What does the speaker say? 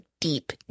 deep